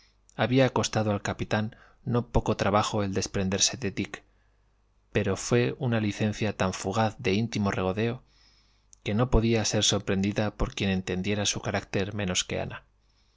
había costado al capitán no poco trabajo el desprenderse de dick pero fué una licencia tan fugaz de íntimo regodeo que no podía ser sorprendida por quien entendiera su carácter menos que ana